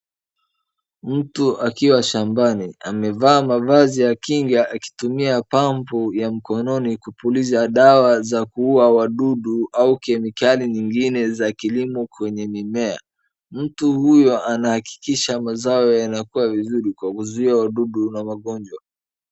Mtu akiwa shambani amevaa mavazi ya kinga akitumia pampu ya mkononi kupuliza dawa za kuua wadudu au kemikali zingine za kilimo kwenye mimea, mtu huyu anahakikisha mazao yanakuwa vizuri kwa kuzuia wadudu na magonjwa.